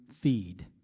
feed